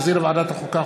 שהחזירה ועדת החוקה,